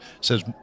says